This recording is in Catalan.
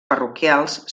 parroquials